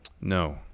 No